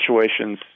situations